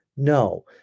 No